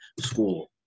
school